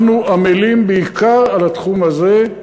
אנחנו עמלים בעיקר על התחום הזה.